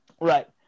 Right